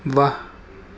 واہ